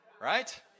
Right